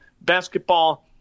Basketball